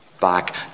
back